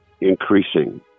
increasing